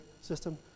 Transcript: system